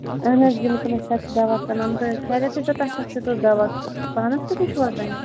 اَہَن حظ بِلکُل أسۍ حظ چھِ دواہ کٕنان تہٕ خٲریتھٕے چھا تۄہہِ کَتھ کیُتھ اوس دواہ پانس کِتُے چھُوا تۄہہِ